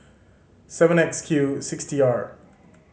seven X Q six T R